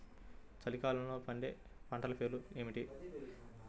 చలికాలంలో పండే పంటల పేర్లు ఏమిటీ?